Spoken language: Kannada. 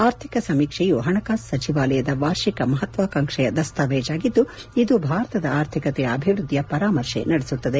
ಆರ್ಥಿಕ ಸಮೀಕ್ಷೆಯು ಹಣಕಾಸು ಸಚಿವಾಲಯದ ವಾರ್ಷಿಕ ಮಹತ್ವಾಕಾಂಕ್ಷೆಯ ದಸ್ತಾವೇಜಾಗಿದ್ದು ಇದು ಭಾರತದ ಅರ್ಥಿಕತೆಯ ಅಭಿವೃದ್ಧಿಯ ಪರಾಮರ್ಶೆ ನಡೆಸುತ್ತದೆ